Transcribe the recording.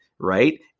right